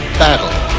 battle